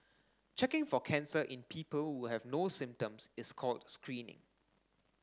checking for cancer in people who have no symptoms is called screening